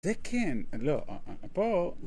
זה כן, לא, פה